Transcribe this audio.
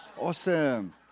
Awesome